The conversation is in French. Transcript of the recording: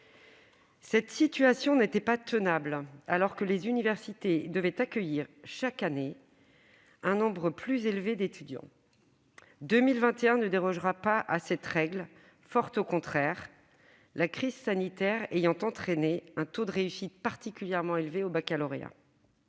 telle situation n'était pas tenable, alors que les universités devaient accueillir, chaque année, un nombre plus élevé d'étudiants. L'année 2021 ne dérogera pas à cette règle, bien au contraire ! La crise sanitaire ayant entraîné un taux de réussite particulièrement élevée au baccalauréat,